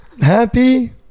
Happy